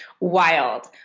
wild